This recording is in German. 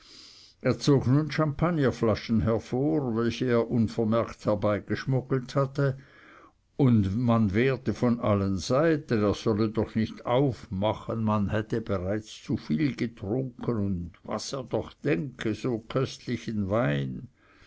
nun champagnerflaschen hervor welche er unvermerkt herbeigeschmuggelt hatte nun wehrte man von allen seiten er solle doch nicht aufmachen man hätte bereits zu viel getrunken und was er doch denke so köstlichen wein